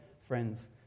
friends